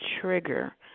trigger